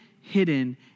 hidden